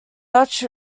dutch